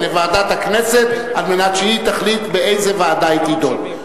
לוועדת הכנסת על מנת שהיא תחליט באיזו ועדה היא תידון.